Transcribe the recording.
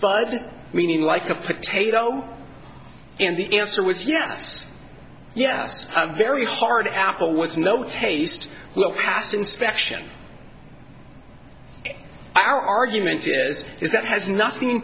bud meaning like a potato and the answer was yes yes a very hard apple with no taste will pass inspection our argument is is that has nothing